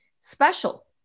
special